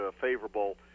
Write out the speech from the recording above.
favorable